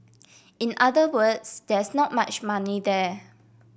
in other words there is not much money there